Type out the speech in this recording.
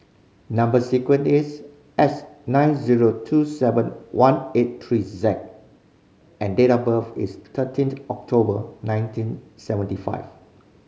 number sequence is S nine zero two seven one eight three Z and date of birth is thirteenth October nineteen seventy five